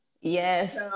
Yes